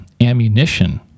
ammunition